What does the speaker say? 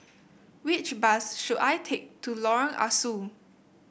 which bus should I take to Lorong Ah Soo